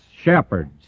shepherds